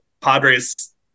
Padres